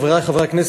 חברי חברי הכנסת,